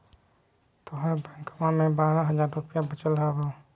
तोहर बैंकवा मे बारह हज़ार रूपयवा वचल हवब